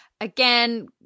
Again